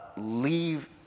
leave